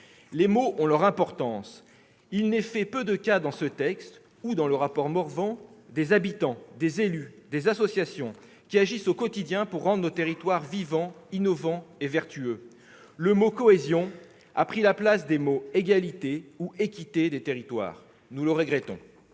Les mots ont leur importance. Or il n'est fait que peu de cas dans ce texte, tout comme dans le rapport Morvan, des habitants, des élus, des associations qui agissent au quotidien pour rendre nos territoires vivants, innovants et vertueux. Le mot « cohésion » a pris la place des mots « égalité » et « équité » pour ce qui est des territoires ; nous le regrettons